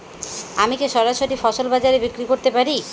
আমি কি সরাসরি ফসল বাজারে বিক্রি করতে পারি?